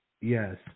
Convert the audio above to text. Yes